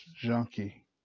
junkie